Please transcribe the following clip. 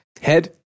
Head